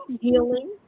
healing